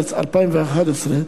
במרס 2011,